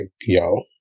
yo